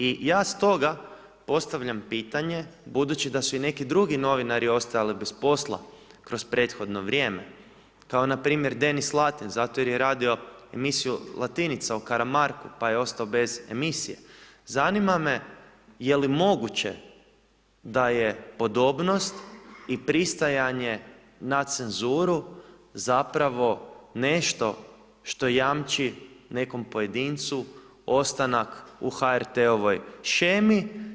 I ja stoga postavljam pitanje, budući da su i neki drugi novinari ostajali bez posla kroz prethodno vrijeme kao npr. Denis Latin zato jer je radio emisiju „Latinica“ o Karamarku pa je ostao bez emisije, zanima me je li moguće da je podobnost i pristajanje na cenzuru zapravo nešto što jamči nekom pojedincu ostanak u HRT-ovoj shemi.